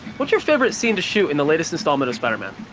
what's your favorite scene to shoot in the latest installment of spider-man?